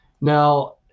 now